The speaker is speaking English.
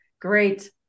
Great